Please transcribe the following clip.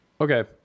Okay